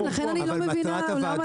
כן, לכן אני לא מבינה למה להמעיט --- לא.